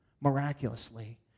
miraculously